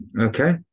okay